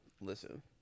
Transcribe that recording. Listen